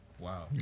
wow